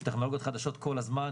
יש טכנולוגיות חדשות כל הזמן.